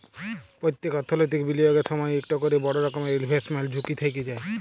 প্যত্তেক অথ্থলৈতিক বিলিয়গের সময়ই ইকট ক্যরে বড় রকমের ইলভেস্টমেল্ট ঝুঁকি থ্যাইকে যায়